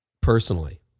Personally